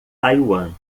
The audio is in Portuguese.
taiwan